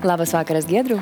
labas vakaras giedriau